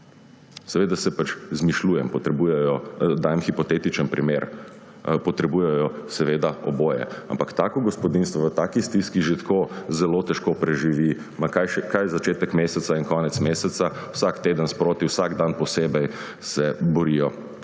Seveda si pač izmišljujem, dajem hipotetičen primer, potrebujejo seveda oboje. Ampak tako gospodinjstvo v taki stiski že tako zelo težko preživi, kaj začetek meseca in konec meseca, vsak teden sproti, vsak dan posebej se borijo